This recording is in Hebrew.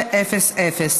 בבקשה, אדוני.